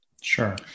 Sure